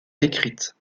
écrites